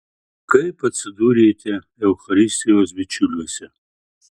kaip atsidūrėte eucharistijos bičiuliuose